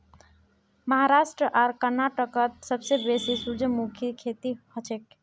महाराष्ट्र आर कर्नाटकत सबसे बेसी सूरजमुखीर खेती हछेक